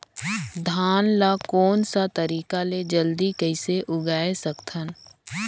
धान ला कोन सा तरीका ले जल्दी कइसे उगाय सकथन?